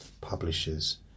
Publishers